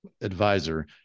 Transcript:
advisor